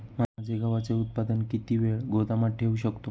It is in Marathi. माझे गव्हाचे उत्पादन किती वेळ गोदामात ठेवू शकतो?